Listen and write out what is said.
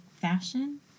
fashion